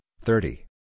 thirty